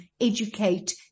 educate